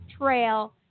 Trail